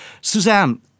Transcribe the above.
Suzanne